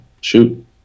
shoot